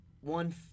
one